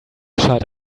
shut